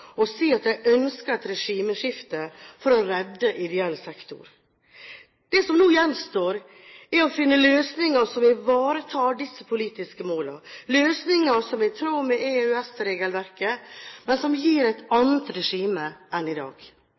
at de ønsket et regimeskifte for å redde ideell sektor. Det som nå gjenstår, er å finne løsninger som ivaretar disse politiske målene, løsninger som er i tråd med EØS-regelverket, men som gir et annet regime enn i dag.